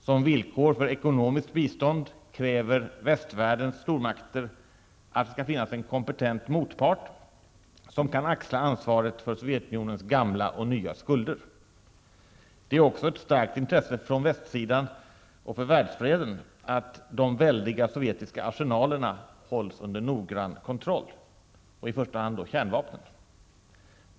Som villkor för ekonomiskt bistånd kräver västvärldens stormakter att det skall finnas en kompetent motpart som kan axla ansvaret för Sovjetunionens gamla och nya skulder. Det är också ett starkt intresse för västsidan och för världsfreden att de väldiga sovjetiska arsenalerna hålls under noggrann kontroll, i första hand då kärnvapnen.